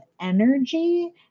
energy